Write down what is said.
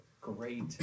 great